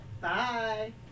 Bye